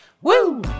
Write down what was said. Woo